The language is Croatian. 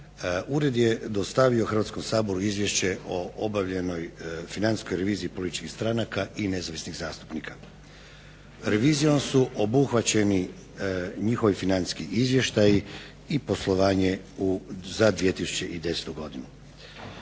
ured je dostavio Hrvatskom saboru izvješće o obavljenoj financijskoj reviziji političkih stranaka i nezavisnih zastupnika. Revizijom su obuhvaćeni njihovi financijski izvještaji i poslovanje za 2010. godinu.